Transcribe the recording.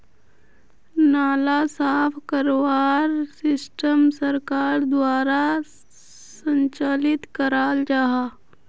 नाला साफ करवार सिस्टम सरकार द्वारा संचालित कराल जहा?